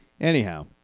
Anyhow